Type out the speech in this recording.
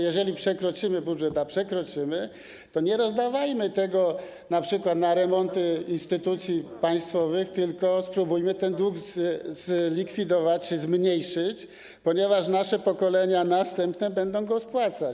Jeżeli przekroczymy budżet, a przekroczymy, to nie rozdawajmy tego np. na remonty instytucji państwowych, tylko spróbujmy ten dług zlikwidować czy zmniejszyć, ponieważ następne pokolenia będą go spłacać.